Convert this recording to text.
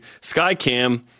SkyCam